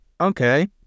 Okay